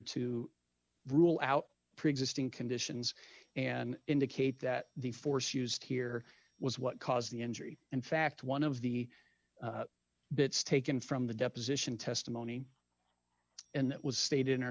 to rule out preexisting conditions and indicate that the force used here was what caused the injury and fact one of the bits taken from the deposition testimony and it was stated in